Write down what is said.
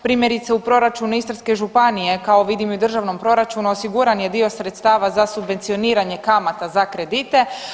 Primjerice u proračunu Istarske županije kao vidim i u državnom proračunu osiguran je dio sredstava za subvencioniranje kamata za kredite.